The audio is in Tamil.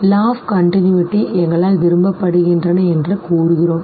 law of continuity தொடர்ச்சியான புள்ளிவிவரங்கள் எங்களால் விரும்பப்படுகின்றன என்று கூறுகிறோம் சரி